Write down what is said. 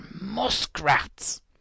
muskrats